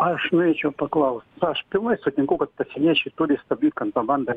aš norėčiau paklaust aš pilnai sutinku kad pasieniečiai turi stabdyt kantrabandą